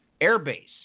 airbase